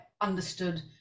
understood